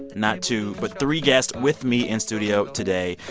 not two, but three guests with me in studio today.